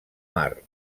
mar